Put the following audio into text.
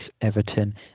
Everton